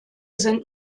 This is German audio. sind